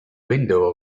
window